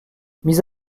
mise